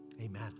amen